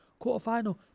quarterfinal